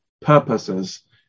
purposes